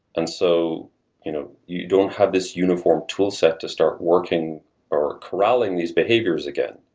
and so you know you don't have this uniform toolset to start working or corralling these behaviors again,